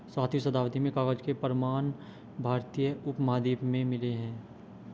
सातवीं शताब्दी में कागज के प्रमाण भारतीय उपमहाद्वीप में मिले हैं